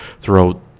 throughout